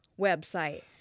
website